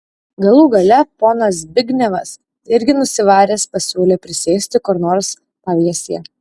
galų gale ponas zbignevas irgi nusivaręs pasiūlė prisėsti kur nors pavėsyje